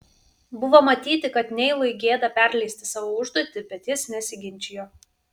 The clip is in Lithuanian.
buvo matyti kad neilui gėda perleisti savo užduotį bet jis nesiginčijo